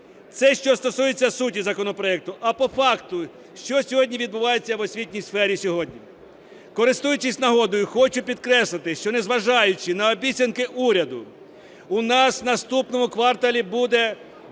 Це що стосується суті законопроекту. А по факту, що сьогодні відбувається в освітній сфері? Користуючись нагодою, хочу підкреслити, що не зважаючи на обіцянки уряду, у нас в наступному кварталі буде